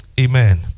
Amen